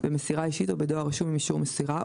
במסירה אישית או בדואר רשום עם אישור מסירה,